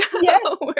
Yes